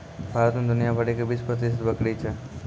भारत मे दुनिया भरि के बीस प्रतिशत बकरी छै